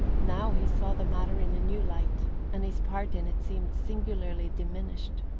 now he saw the matter in a new light, and his part in it seemed singularly diminished.